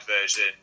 version